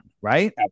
right